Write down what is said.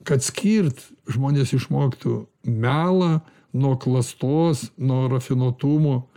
kad skirt žmonės išmoktų melą nuo klastos nuo rafinuotumo